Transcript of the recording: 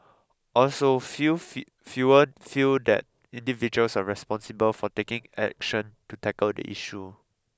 also few fewer feel that individuals are responsible for taking action to tackle the issue